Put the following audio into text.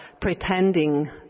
pretending